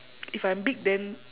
if I'm big then